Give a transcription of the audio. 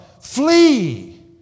Flee